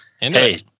Hey